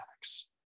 tax